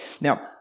Now